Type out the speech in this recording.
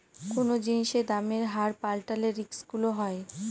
কোনো জিনিসের দামের হার পাল্টালে রিস্ক গুলো হয়